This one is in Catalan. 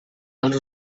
els